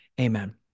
Amen